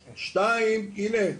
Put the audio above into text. וב' הנה,